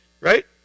Right